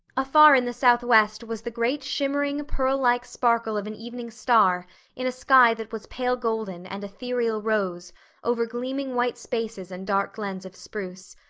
afar in the southwest was the great shimmering, pearl-like sparkle of an evening star in a sky that was pale golden and ethereal rose over gleaming white spaces and dark glens of spruce.